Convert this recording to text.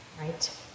right